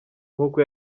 nk’uko